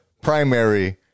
primary